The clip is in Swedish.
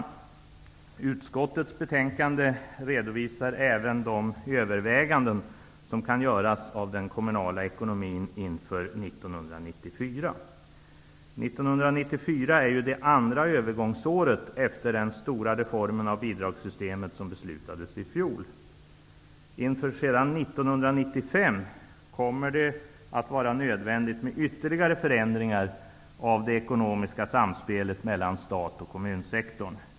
I utskottets betänkande redovisas även de överväganden vad gäller den kommunala ekonomin som kan göras inför 1994. 1994 är ju det andra övergångsåret efter den stora reformeringen av bidragssystemet som beslutades i fjol. Inför 1995 kommer det att vara nödvändigt med ytterligare förändringar av det ekonomiska samspelet mellan stat och kommunsektor.